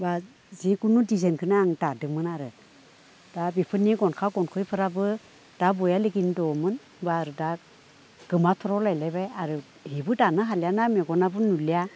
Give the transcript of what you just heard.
बा जिखुनु डिजाइनखोनो आं दादोमोन आरो दा बेफोरनि गनखा गनखिफ्राबो दा बयालिगिनो दङमोन बा आरो दा गोमाथ्र'बायलायबाय आरो हिबो दानो हालियाना मेगनाबो नुलिया